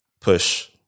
push